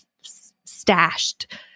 stashed